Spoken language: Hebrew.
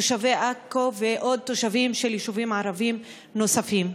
תושבי עכו ותושבים של יישובים ערביים נוספים.